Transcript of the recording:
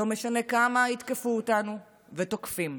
לא משנה כמה יתקפו אותנו, ותוקפים,